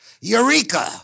Eureka